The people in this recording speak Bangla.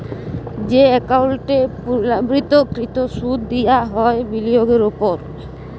যে একাউল্টে পুর্লাবৃত্ত কৃত সুদ দিয়া হ্যয় বিলিয়গের উপর